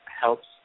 helps